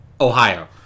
Ohio